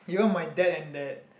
even my dad and that